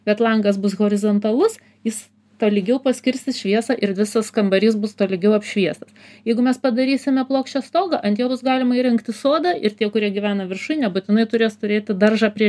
bet langas bus horizontalus jis tolygiau paskirstys šviesą ir visas kambarys bus tolygiau apšviestas jeigu mes padarysime plokščią stogą ant jo bus galima įrengti sodą ir tie kurie gyvena viršuj nebūtinai turės turėti daržą prie